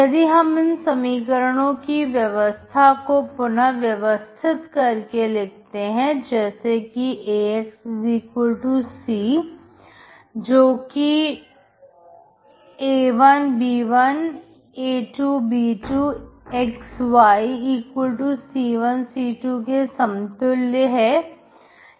यदि हम इन समीकरणों की व्यवस्था को पुनः व्यवस्थित करके लिखते हैं जैसे कि AXC जोकि a1 b1 a2 b2 x y c1 c2 के समतुल्य है